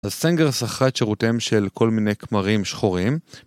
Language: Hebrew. הסן שכרה את שירותיהם של כל מיני כמרים שחורים